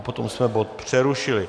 Potom jsme bod přerušili.